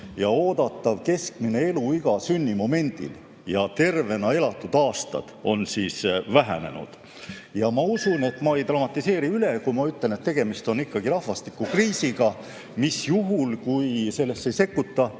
Oodatav keskmine eluiga sünnimomendil ja tervena elatud aastad on vähenenud. Ma usun, et ma ei dramatiseeri üle, kui ma ütlen, et tegemist on ikkagi rahvastikukriisiga, mis juhul, kui sellesse ei sekkuta,